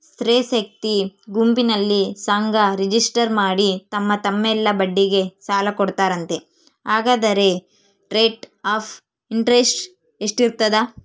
ಸ್ತ್ರೇ ಶಕ್ತಿ ಗುಂಪಿನಲ್ಲಿ ಸಂಘ ರಿಜಿಸ್ಟರ್ ಮಾಡಿ ತಮ್ಮ ತಮ್ಮಲ್ಲೇ ಬಡ್ಡಿಗೆ ಸಾಲ ಕೊಡ್ತಾರಂತೆ, ಹಂಗಾದರೆ ರೇಟ್ ಆಫ್ ಇಂಟರೆಸ್ಟ್ ಎಷ್ಟಿರ್ತದ?